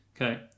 Okay